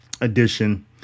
edition